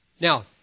Now